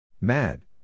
Mad